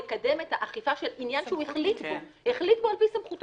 לקדם את האכיפה של עניין שהוא החליט בו החליט בו על פי סמכותו,